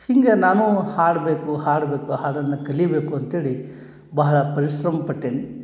ಹೀಗೆ ನಾನು ಹಾಡಬೇಕು ಹಾಡಬೇಕು ಹಾಡನ್ನು ಕಲಿಯಬೇಕು ಅಂತ್ಹೇಳಿ ಬಹಳ ಪರಿಶ್ರಮ ಪಟ್ಟೆನಿ